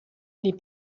les